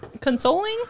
consoling